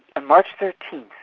march thirteen,